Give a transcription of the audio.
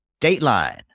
Dateline